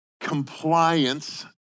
compliance